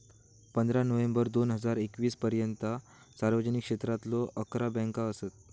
पंधरा नोव्हेंबर दोन हजार एकवीस पर्यंता सार्वजनिक क्षेत्रातलो अकरा बँका असत